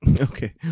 Okay